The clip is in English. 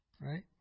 Right